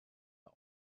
are